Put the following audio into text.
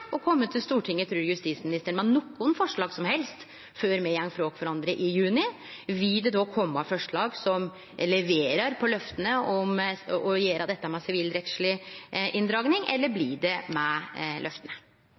å kome til Stortinget, trur justisministeren, med noko som helst forslag før me går frå kvarandre i juni? Vil det då kome forslag som leverer på løftet om å gjere dette med sivilrettsleg inndraging, eller